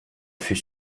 fût